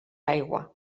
aigua